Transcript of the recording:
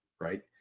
right